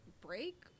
break